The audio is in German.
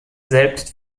selbst